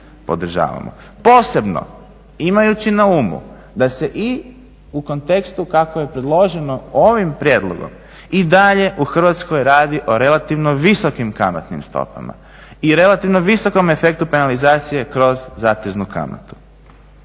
Posebno imajući na umu da se i u kontekstu kako je predloženo ovim prijedlogom i dalje u Hrvatskoj radi o relativno visokim kamatnim stopama i relativno visokom efektu penalizacije kroz zateznu kamatu.